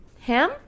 Him